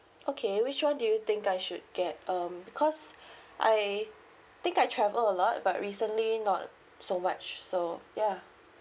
okay which one do you think I should get um because I think I travel a lot but recently not so much so ya